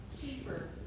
cheaper